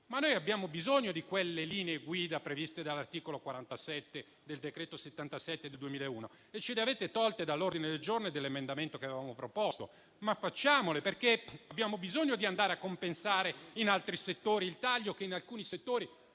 ma noi abbiamo bisogno delle linee guida previste dall'articolo 47 del decreto n. 77 del 2021, e ce le avete tolte dall'ordine del giorno e dall'emendamento che avevamo proposto. Facciamolo, però, perché abbiamo bisogno di compensare il taglio, visto che in alcuni settori